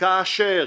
כאשר